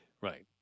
Right